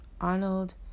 Arnold